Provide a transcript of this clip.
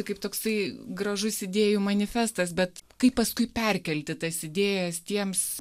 kaip toksai gražus idėjų manifestas bet kaip paskui perkelti tas idėjas tiems